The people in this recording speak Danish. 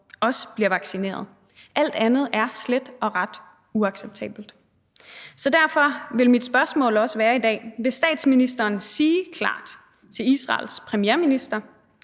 også bliver vaccineret, alt andet er slet og ret uacceptabelt. Derfor vil mit spørgsmål også være i dag: Vil statsministeren sige klart til Israels premierminister,